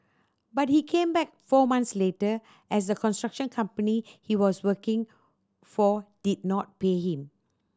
but he came back four month later as the construction company he was working for did not pay him